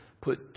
put